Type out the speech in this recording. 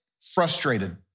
frustrated